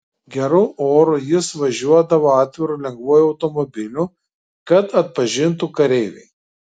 geru oru jis važiuodavo atviru lengvuoju automobiliu kad atpažintų kareiviai